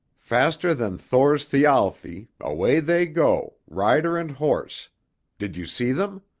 faster than thor's thialfi, away they go, rider and horse did you see them?